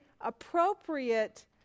appropriate